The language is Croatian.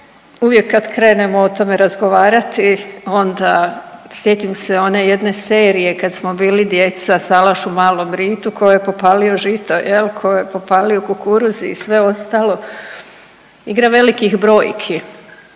uvijek kad krenemo o tome razgovarati onda sjetim se one jedne serije kad smo bili djeca „Salaš u Malom Ritu“ ko je popalio žito jel, ko je popalio kukuruz i sve ostalo, igra velikih brojki